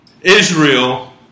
Israel